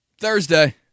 Thursday